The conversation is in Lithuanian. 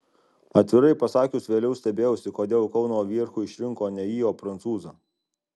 atvirai pasakius vėliau stebėjausi kodėl kauno vierchu išrinko ne jį o prancūzą